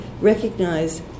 recognize